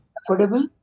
affordable